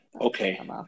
okay